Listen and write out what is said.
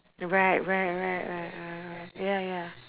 right right right right right right ya ya